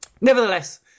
Nevertheless